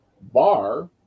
bar